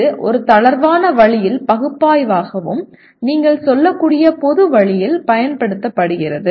இது ஒரு தளர்வான வழியில் பகுப்பாய்வாகவும் நீங்கள் சொல்லக்கூடிய பொது வழியில் பயன்படுத்தப்படுகிறது